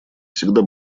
всегда